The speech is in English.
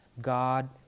God